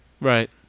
right